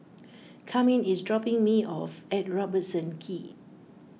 Carmine is dropping me off at Robertson Quay